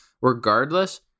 regardless